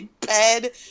bed